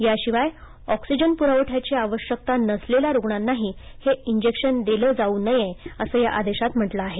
याशिवाय ऑक्सिजन पुरवठ्याची आवश्यकता नसलेल्या रुग्णांनाही हे इंजेक्शन दिलं जाऊ नये असं आदेशात म्हटलं आहे